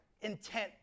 intent